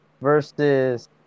versus